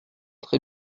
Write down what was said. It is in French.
très